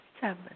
seven